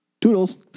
Toodles